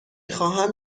خواهم